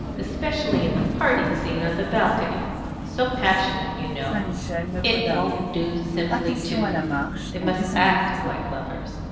especially in the parting scene on the balcony so passionate, you know it won't do simply to they must act like lovers.